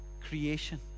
creation